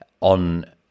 on